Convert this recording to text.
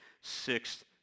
sixth